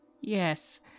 Yes